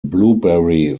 blueberry